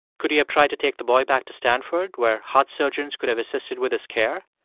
could he have tried to take the boy back to stanford where heart surgeons could have assisted with his care?